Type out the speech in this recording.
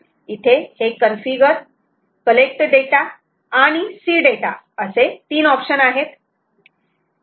इथे हे configure collect data आणि सी डेटा असे तीन ऑप्शन आहेत